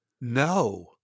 No